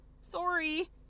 sorry